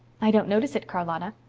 i don't notice it, charlotta.